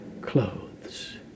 clothes